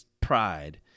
pride